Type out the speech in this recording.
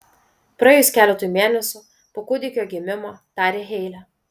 praėjus keletui mėnesių po kūdikio gimimo tarė heile